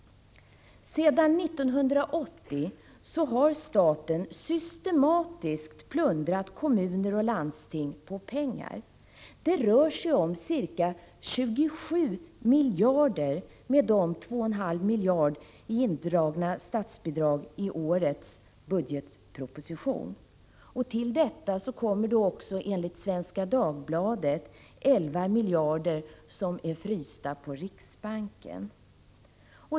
Sedan 1980 har staten systematiskt plundrat kommuner och landsting på pengar. Det rör sig om ca 27 miljarder inkl. 2,5 miljarder indragna statsbidrag i årets budgetproposition. Till detta kommer då också enligt Svenska Dagbladet 11 miljarder som är frysta hos riksbanken.